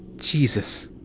jesus.